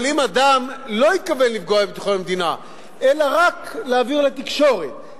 אבל אם אדם לא התכוון לפגוע בביטחון המדינה אלא רק להעביר לתקשורת,